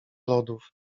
lodów